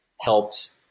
helped